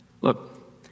Look